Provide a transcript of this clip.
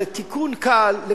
זה תיקון קל לכל,